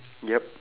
yup